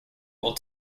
will